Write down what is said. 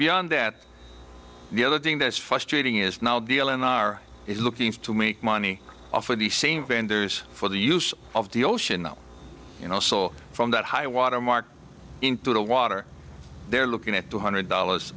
beyond that the other thing that's frustrating is now dealing are looking to make money off of the same vendors for the use of the ocean that you know so from that high watermark into the water they're looking at two hundred dollars